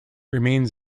remains